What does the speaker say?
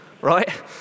right